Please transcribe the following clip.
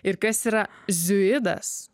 ir kas yra ziuidas